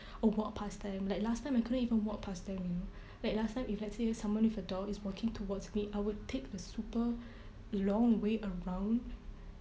or walk pass them like last time I couldn't even walk pass them you know like last time if let's say someone with a dog is walking towards me I would take the super long way around